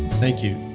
thank you